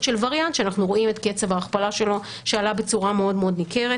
של וריאנט שאנחנו רואים את קצב ההכפלה שלו שעלה בצורה מאוד מאוד ניכרת.